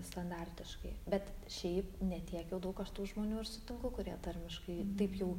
standartiškai bet šiaip ne tiek jau daug aš tų žmonių ir sutinku kurie tarmiškai taip jau